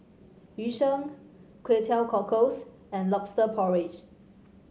Yu Sheng Kway Teow Cockles and lobster porridge